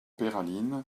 peyralines